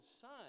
son